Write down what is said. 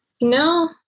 No